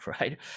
right